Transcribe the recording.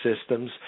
systems